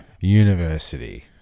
University